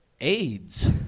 AIDS